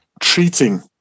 Treating